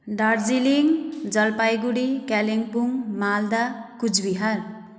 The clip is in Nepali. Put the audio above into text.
दार्जिलिङ जलपाइगुडी कालिम्पोङ मालदा कुचबिहार